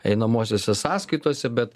einamosiose sąskaitose bet